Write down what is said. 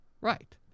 right